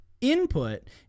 input